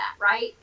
right